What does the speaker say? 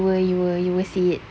you will you will you will see it